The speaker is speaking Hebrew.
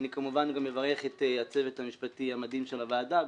אני כמובן מברך את הצוות המשפטי המדהים של הוועדה,